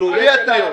--- איזה מתחם?